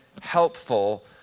helpful